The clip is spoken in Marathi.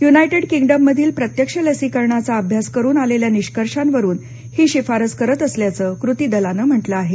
युनायटेड किंगडम मधील प्रत्यक्ष लसीकरणाचा अभ्यास करून आलेल्या निष्कर्षांवरून ही शिफारस करत असल्याचं कृती दलानं म्हटलं आहे